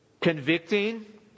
convicting